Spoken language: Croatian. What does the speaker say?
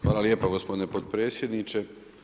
Hvala lijepa gospodine potpredsjedniče.